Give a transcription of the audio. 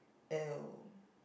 !eww!